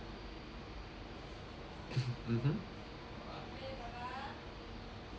mmhmm